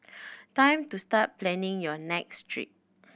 time to start planning your next trip